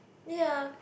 ya